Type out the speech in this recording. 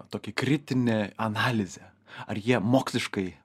tokį kritinį analizę ar jie moksliškai